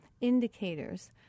indicators